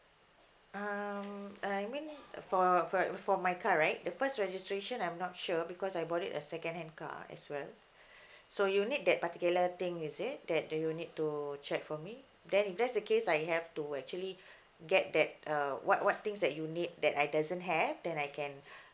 um uh you mean uh for for like for my car right the first registration I'm not sure because I bought it a second hand car as well so you need that particular thing is it that that you need to check for me then if that's the case I have to actually get that uh what what things that you need that I doesn't have then I can